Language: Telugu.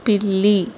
పిల్లి